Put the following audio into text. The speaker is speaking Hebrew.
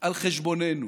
על חשבוננו.